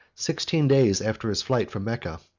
sixteen days after his flight from mecca.